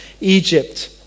Egypt